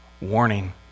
Warning